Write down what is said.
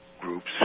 groups